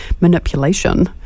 manipulation